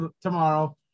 tomorrow